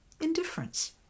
Indifference